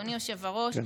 אדוני היושב-ראש,